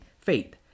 faith